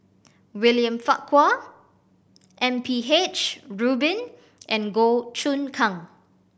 William Farquhar M P H Rubin and Goh Choon Kang